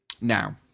Now